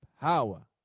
power